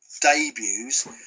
debuts